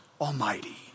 Almighty